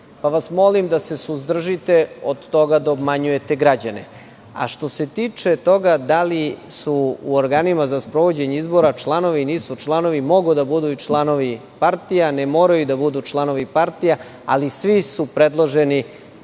Pa vas molim da se suzdržite od toga da obmanjujete građane. Što se tiče toga da li su u organima za sprovođenje izbora članovi, nisu članovi, mogu da budu i članovi partija, ne moraju da budu članovi partija, ali svi su predloženi